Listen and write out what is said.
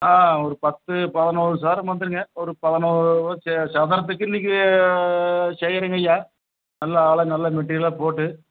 ஒரு பத்து பதினோரு சதுரம் வந்துருங்க ஒரு பதினோ சதுரத்துக்கு இன்னிக்கு செய்யிறங்க ஐயா நல்ல ஆளாக நல்ல மெட்டீரியல்லாம் போட்டு